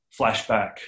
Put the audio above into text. flashback